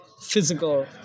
physical